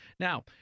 Now